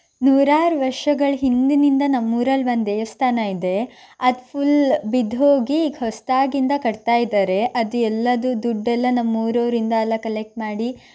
ನೂರಾರು ವರ್ಷಗಳ ಹಿಂದಿನಿಂದ ನಮ್ಮೂರಲ್ಲಿ ಒಂದು ದೇವಸ್ಥಾನ ಇದೆ ಅದು ಫುಲ್ ಬಿದ್ದು ಹೋಗಿ ಈಗ ಹೊಸ್ದಾಗಿಂದ ಕಟ್ತಾ ಇದ್ದಾರೆ ಅದು ಎಲ್ಲದು ದುಡ್ಡು ಎಲ್ಲ ನಮ್ಮೂರವರಿಂದ ಎಲ್ಲ ಕಲೆಕ್ಟ್ ಮಾಡಿ